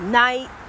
night